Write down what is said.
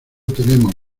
tenemos